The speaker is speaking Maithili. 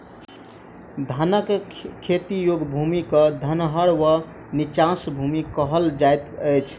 धानक खेती योग्य भूमि क धनहर वा नीचाँस भूमि कहल जाइत अछि